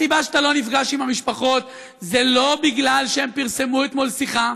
הסיבה שאתה לא נפגש עם המשפחות היא לא בגלל שהם פרסמו אתמול שיחה,